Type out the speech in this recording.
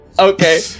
Okay